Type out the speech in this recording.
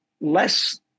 less